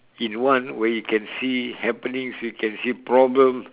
in one where you can see happenings you can see problems